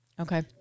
Okay